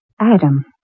Adam